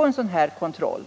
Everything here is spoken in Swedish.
riskera att utsättas för kontroll.